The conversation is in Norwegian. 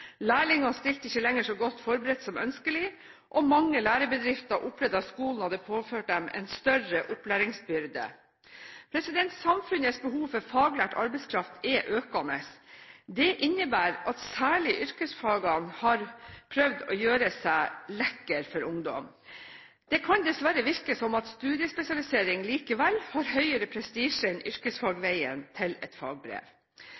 ikke lenger så godt forberedt som ønskelig, og mange lærebedrifter opplevde at skolen hadde påført dem en større opplæringsbyrde. Samfunnets behov for faglært arbeidskraft er økende. Det innebærer at særlig yrkesfagene har prøvd å gjøre seg lekre for ungdom. Det kan dessverre virke som om studiespesialisering likevel har høyere prestisje enn